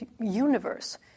universe